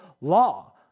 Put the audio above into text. law